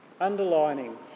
underlining